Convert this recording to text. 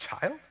child